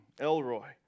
Elroy